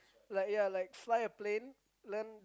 like ya like fly a plane learn